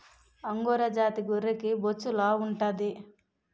angora జాతి గొర్రెకి బొచ్చు లావుంటాది